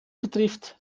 betrifft